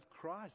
Christ